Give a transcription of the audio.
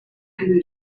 you